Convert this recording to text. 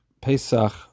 Pesach